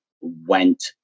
went